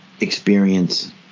experience